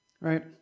right